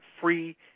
free